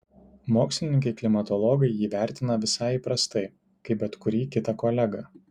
mokslininkai klimatologai jį vertina visai įprastai kaip bet kurį kitą kolegą